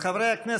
חברי הכנסת,